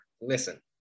listen